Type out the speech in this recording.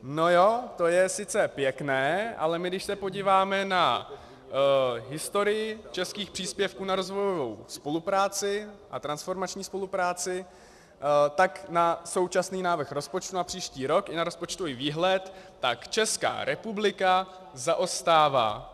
No jo, to je sice pěkné, ale když se podíváme na historii českých příspěvků na rozvojovou spolupráci a transformační spolupráci, tak na současný návrh rozpočtu na příští rok i na rozpočtový výhled, tak Česká republika zaostává.